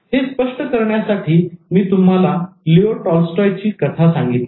हे स्पष्ट करण्यासाठी मी तुम्हाला लिओ टॉलस्टॉय ची कथा सांगितली होती